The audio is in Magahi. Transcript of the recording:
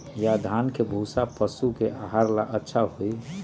या धान के भूसा पशु के आहार ला अच्छा होई?